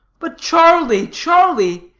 but charlie, charlie!